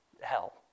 hell